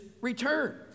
return